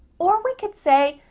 or we could say,